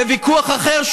וויכוח אחר,